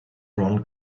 ron